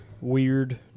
weird